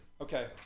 Okay